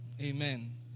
Amen